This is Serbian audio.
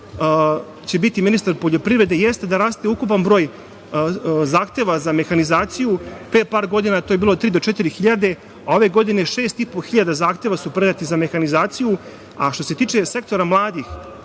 biti ministar poljoprivrede, jeste da raste ukupan broj zahteva za mehanizaciju. Pre par godina to je bilo od tri do četiri hiljade, a ove godine je šest i po hiljada zahteva predato za mehanizaciju. Što se tiče sektora mladih,